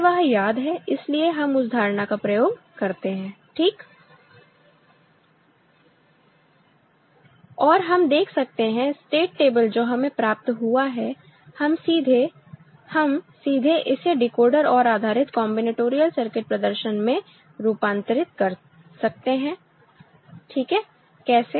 हमें वह याद है इसलिए हम उस धारणा का प्रयोग करते हैं ठीक और हम देख सकते हैं स्टेट टेबल जो हमें प्राप्त हुआ है हम सीधे हम सीधे इसे डिकोडर OR आधारित कांबिनटोरियल सर्किट प्रदर्शन में रूपांतरित कर सकते हैं ठीक है कैसे